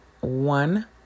One